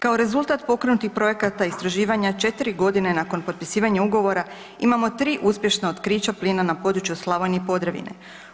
Kao rezultat pokrenutih projekata istraživanja 4 godine nakon potpisivanja ugovora, imamo 3 uspješna otkrića plina na području Slavonije i Podravine.